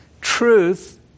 Truth